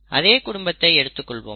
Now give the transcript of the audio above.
அதே குடும்பத்தை எடுத்துக் கொள்வோம்